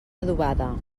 adobada